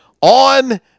on